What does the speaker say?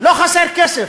לא חסר כסף,